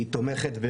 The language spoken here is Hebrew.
שתומכת,